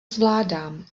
zvládám